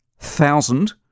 thousand